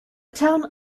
town